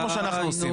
כמו שאנחנו עושים?